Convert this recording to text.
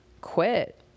quit